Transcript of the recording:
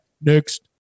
next